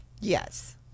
Yes